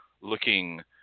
looking